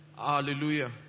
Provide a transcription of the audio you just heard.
Hallelujah